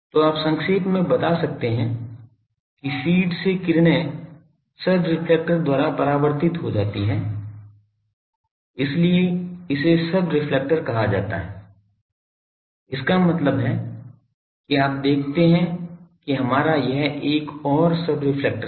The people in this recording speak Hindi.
तो आप संक्षेप में बता सकते हैं कि फ़ीड से किरणें सब रेफ्लेक्टर द्वारा परावर्तित हो जाती हैं इसलिए इसे सब रेफ्लेक्टर कहा जाता है इसका मतलब है कि आप देखते हैं कि हमारा यह एक और सब रेफ्लेक्टर है